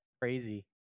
Crazy